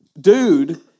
dude